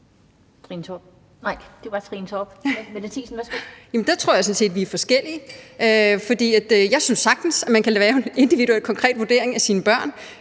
jeg sådan set, vi er forskellige, for jeg synes sagtens, man kan lave en individuel, konkret vurdering af sine børn.